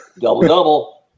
Double-double